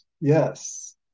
yes